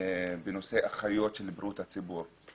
בנושא אחיות בריאות הציבור,